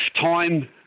time